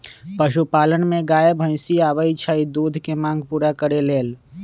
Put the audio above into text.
पशुपालन में गाय भइसी आबइ छइ दूध के मांग पुरा करे लेल